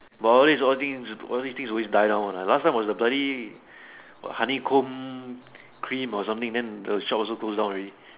while all these all things all these things away die down one lah last time was the bloody honeycomb cream or something then the shop also close down already